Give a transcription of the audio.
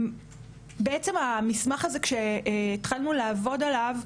בעצם המסמך הזה כשהתחלנו לעבוד עליו,